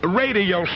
radio